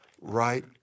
right